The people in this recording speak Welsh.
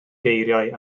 geiriau